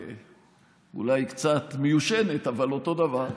אולי קצת מיושנת, אבל אותו דבר.